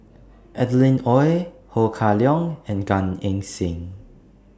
Adeline Ooi Ho Kah Leong and Gan Eng Seng